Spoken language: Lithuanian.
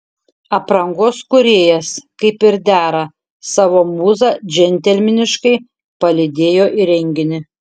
aprangos kūrėjas kaip ir dera savo mūzą džentelmeniškai palydėjo į renginį